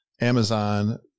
Amazon